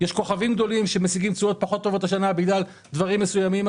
יש כוכבים גדולים שמשיגים תשואות פחות טובות השנה בגלל דברים מסוימים,